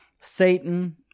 Satan